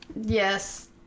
Yes